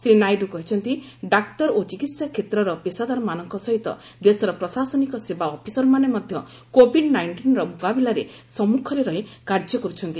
ଶ୍ରୀ ନାଇଡ଼ୁ କହିଛନ୍ତି ଡାକ୍ତର ଓ ଚିକିତ୍ସା କ୍ଷେତ୍ରର ପେଶାଦାରମାନଙ୍କ ସହିତ ଦେଶର ପ୍ରଶାସନିକ ସେବା ଅଫିସରମାନେ ମଧ୍ୟ କୋଭିଡ ନାଇଷ୍ଟିନର ମ୍ରକାବିଲାରେ ସମ୍ମଖରେ ରହି କାର୍ଯ୍ୟ କର୍ରଛନ୍ତି